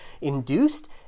induced